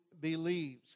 believes